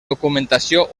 documentació